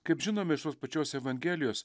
kaip žinome iš tos pačios evangelijos